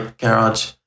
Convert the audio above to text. garage